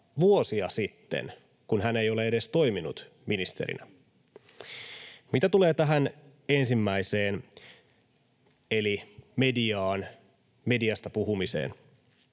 vuosia sitten, kun hän ei ole edes toiminut ministerinä. Mitä tulee tähän ensimmäiseen eli mediaan, mediasta puhumiseen,